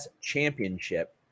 championship